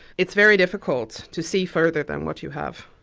it's very difficult to see further than what you have,